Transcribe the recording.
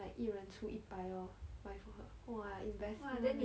like 一人出一百哦 buy for her !wah! investment eh